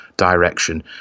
direction